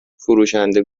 فروشنده